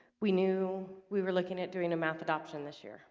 we knew we were looking at doing a math adoption this year